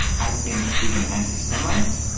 i think he's an anti-semite